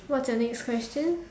what's your next question